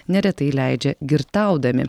neretai leidžia girtaudami